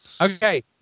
Okay